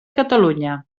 catalunya